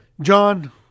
John